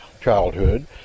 childhood